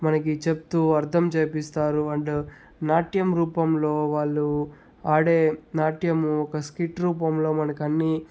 మనకి చెప్తు అర్థం చేయిస్తారు అండ్ నాట్య రూపంలో వాళ్ళు ఆడే నాట్యము ఒక స్కిట్ రూపంలో మనకన్నీ